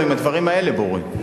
לא, האם הדברים האלה ברורים?